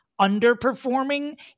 underperforming